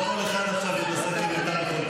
על כל אמירה כזאת צריך אתכם בכלא.